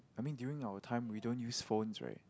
I mean during our time we don't use phones right